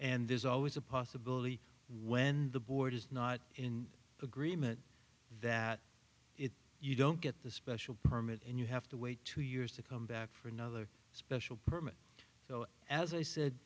and there's always a possibility when the board is not in agreement that if you don't get the special permit and you have to wait two years to come back for another special permit though as i said